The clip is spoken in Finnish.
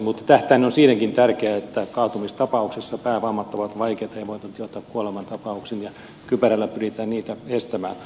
mutta tähtäin on siinäkin tärkeä koska kaatumistapauksissa päävammat ovat vaikeita ja voivat johtaa kuolemantapauksiin ja kypärällä pyritään niitä estämään